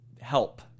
help